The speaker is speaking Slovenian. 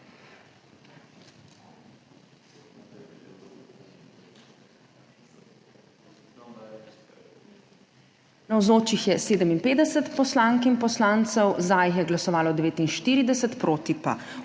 Navzočih je 57 poslank in poslancev, za jih je glasovalo 49, proti pa